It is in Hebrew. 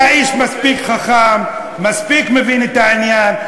אתה איש מספיק חכם, מספיק מבין את העניין.